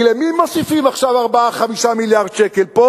כי למי מוסיפים עכשיו 4 5 מיליארד שקל פה?